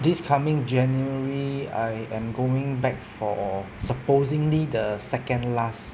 this coming january I am going back for supposingly the second last